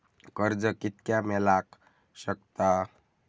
कर्ज कितक्या मेलाक शकता?